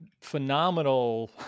phenomenal